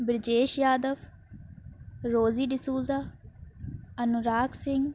Brijesh Yadav Rosy D'Souza Anurag Singh